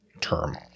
term